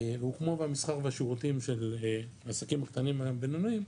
הוא כמו המסחר והשירותים של עסקים קטנים ובינוניים,